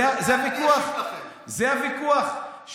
זה הוויכוח.